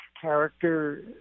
character